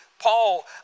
Paul